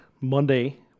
Monday